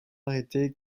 arrêté